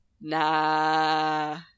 nah